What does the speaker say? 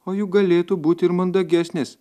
o juk galėtų būti ir mandagesnės